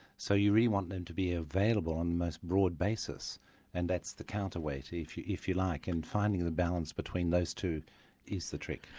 so you really want them to be available on the most broad basis and that's the counterweight if you if you like, and finding the balance between those two is the trick.